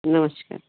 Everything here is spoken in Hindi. नमस्कार